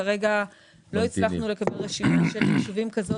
כרגע לא הצלחנו לקבל רשימה כזאת של יישובים,